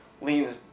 leans